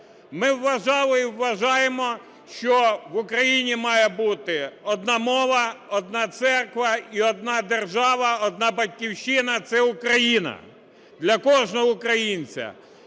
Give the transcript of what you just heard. Ми вважали і вважаємо, що в Україні має бути одна мова, одна церква і одна держава, одна Батьківщина – це Україна для кожного українця.